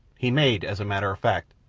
he made, as a matter of fact,